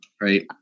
right